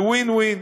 זה win-win.